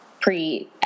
pre